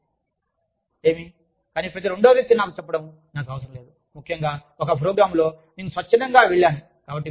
కాబట్టి ఏమి కానీ ప్రతి రెండవ వ్యక్తి నాకు చెప్పడం నాకు అవసరం లేదు ముఖ్యంగా ఒక ప్రోగ్రామ్లో నేను స్వచ్ఛందంగా వెళ్ళాను